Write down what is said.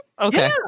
Okay